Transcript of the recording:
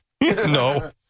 No